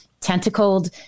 tentacled